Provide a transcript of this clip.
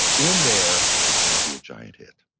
in there is gonna be a giant hit.